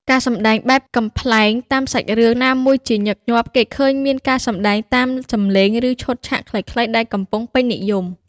ការសម្ដែងបែបកំប្លែងតាមសាច់រឿងណាមួយជាញឹកញាប់គេឃើញមានការសម្ដែងតាមសំឡេង ឬឈុតឆាកខ្លីៗដែលកំពុងពេញនិយម។